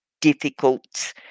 difficult